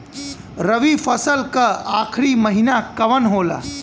रवि फसल क आखरी महीना कवन होला?